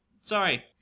Sorry